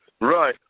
Right